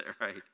right